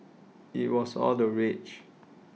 IT was all the rage